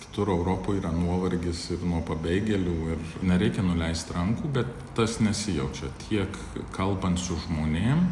kitur europoj yra nuovargis ir nuo pabėgėlių ir nereikia nuleist rankų bet tas nesijaučia tiek kalbant su žmonėm